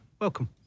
welcome